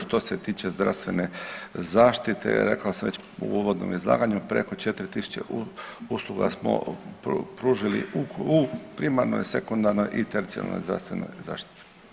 Što se tiče zdravstvene zaštite rekao sam već u uvodnom izlaganju preko 4.000 usluga smo pružili u primarnoj, sekundarnoj i tercijarnoj zdravstvenoj zaštiti.